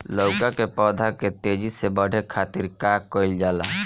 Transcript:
लउका के पौधा के तेजी से बढ़े खातीर का कइल जाला?